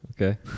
Okay